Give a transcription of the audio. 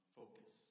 focus